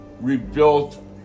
rebuilt